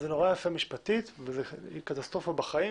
זה נורא יפה משפטית וזאת קטסטרופה בחיים